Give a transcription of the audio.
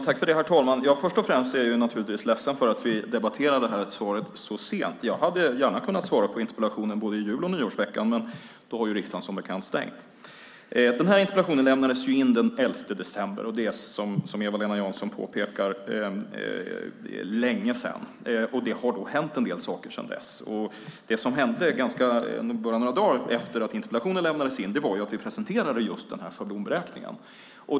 Herr talman! Först och främst är jag naturligtvis ledsen för att vi debatterar detta svar så sent. Jag hade gärna svarat på interpellationen antingen i julveckan eller i nyårsveckan, men då har riksdagen som bekant stängt. Denna interpellation lämnades in den 11 december. Det är som Eva-Lena Jansson påpekar länge sedan, och det har hänt en del saker sedan dess. Det som hände bara några dagar efter att interpellationen lämnades in var att vi presenterade just schablonberäkningen.